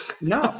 No